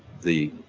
the